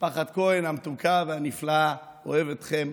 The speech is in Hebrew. משפחת כהן המתוקה והנפלאה, אוהב אתכם.